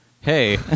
hey